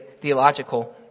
theological